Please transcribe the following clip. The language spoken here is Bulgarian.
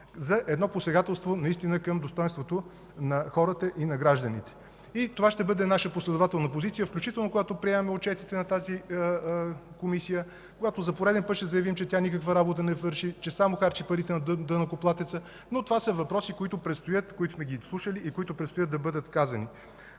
за посегателство към достойнството на хората и на гражданите. Това ще бъде наша последователна позиция, включително когато приемаме отчетите на тази Комисия, когато за пореден път ще заявим, че тя не върши никаква работа, че само харчи парите на данъкоплатеца. Но това са въпроси, които сме ги слушали и които предстои да бъдат казани.